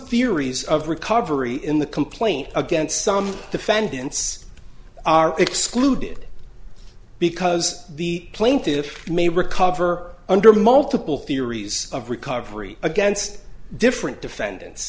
theories of recovery in the complaint against some defendants are excluded because the plaintiffs may recover under multiple theories of recovery against different defendants